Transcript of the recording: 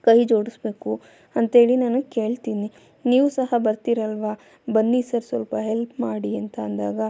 ಕೈ ಜೋಡಿಸ್ಬೇಕು ಅಂಥೇಳಿ ನಾನು ಕೇಳ್ತೀನಿ ನೀವು ಸಹ ಬರ್ತೀರಲ್ವ ಬನ್ನಿ ಸರ್ ಸ್ವಲ್ಪ ಹೆಲ್ಪ್ ಮಾಡಿ ಅಂತ ಅಂದಾಗ